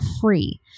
free